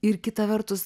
ir kita vertus